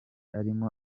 arimo